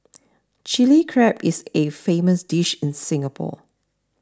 Chilli Crab is a famous dish in Singapore